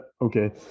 Okay